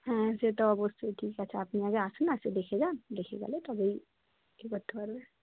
হ্যাঁ সে তো অবশ্যই ঠিক আছে আপনি আগে আসুন এসে দেখে যান দেখে গেলে তবেই ঠিক করতে পারবে